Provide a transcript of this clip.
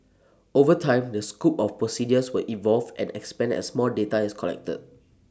over time the scope of procedures will evolve and expand as more data is collected